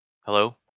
Hello